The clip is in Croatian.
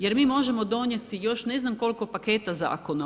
Jer mi možemo donijeti još ne znam koliko paketa zakona.